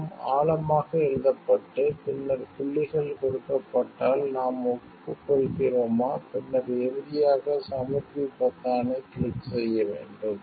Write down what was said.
மற்றும் ஆழமாக எழுதப்பட்டு பின்னர் புள்ளிகள் கொடுக்கப்பட்டால் நாம் ஒப்புக்கொள்கிறோமா பின்னர் இறுதியாக சமர்ப்பி பொத்தானைக் கிளிக் செய்ய வேண்டும்